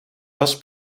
was